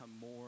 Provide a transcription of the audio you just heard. more